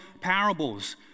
parables